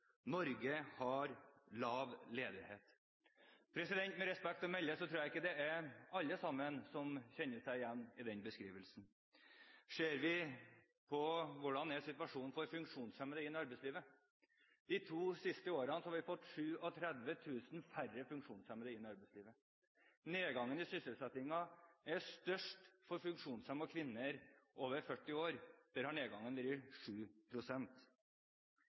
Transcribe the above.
Norge har lav ledighet. Med respekt å melde tror jeg ikke det er alle som kjenner seg igjen i den beskrivelsen. Ser vi på hvordan situasjonen er for funksjonshemmede i arbeidslivet, har vi de to siste årene fått 37 000 færre funksjonshemmede i arbeidslivet. Nedgangen i sysselsettingen er størst for funksjonshemmede kvinner over 40 år. Der har nedgangen vært